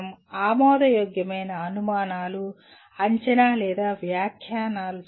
ఆమోదయోగ్యమైన అనుమానాలు అంచనా లేదా వ్యాఖ్యానాలు చేయడం